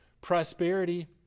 prosperity